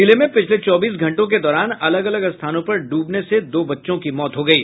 जिले में पिछले चौबीस घंटों के दौरान अलग अलग स्थानों पर ड्रबने से दो बच्चों की मौत हो गयी